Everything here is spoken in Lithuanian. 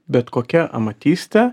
bet kokia amatystė